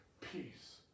peace